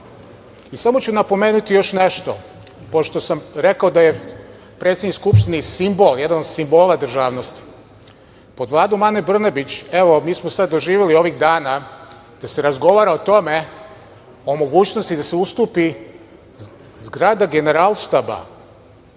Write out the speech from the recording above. i samo ću napomenuti još nešto, pošto sam rekao da je predsednik Skupštine jedan od simbola državnosti. Pod Vladom Ane Brnabić, evo mi smo sada doživeli ovih dana da se razgovara o tome o mogućnosti da se ustupi zgrada Generalštaba